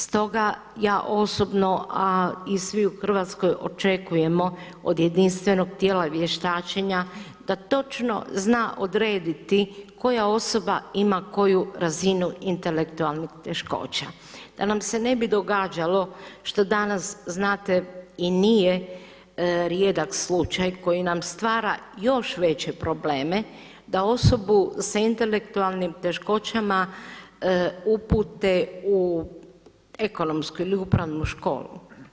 Stoga ja osobno a i svi u Hrvatskoj očekujemo od jedinstvenog tijela vještačenja da točno zna odrediti koja osoba ima koju razinu intelektualnih teškoća da nam se ne bi događalo što danas znate i nije rijedak slučaj koji nam stvara još veće probleme da osobu sa intelektualnim teškoćama upute u ekonomsku i upravnu školu.